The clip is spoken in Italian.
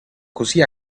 così